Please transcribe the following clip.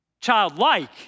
childlike